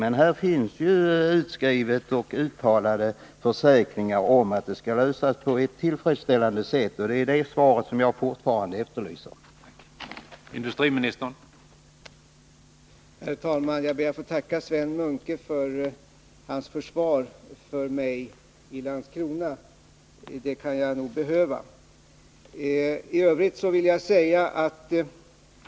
Men här finns ju uttalade försäkringar om att frågan skall lösas på ett tillfredsställande sätt, och det är på den punkten som jag fortfarande efterlyser ett svar.